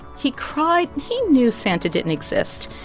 he cried. he knew santa didn't exist.